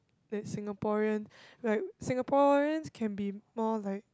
that Singaporean like Singaporeans can be more like